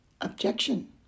Objection